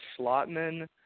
Schlotman